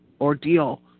ordeal